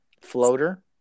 floater